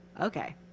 Okay